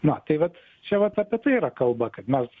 na tai vat čia vat apie tai yra kalba kad mes